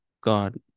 God